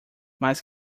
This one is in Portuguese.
mas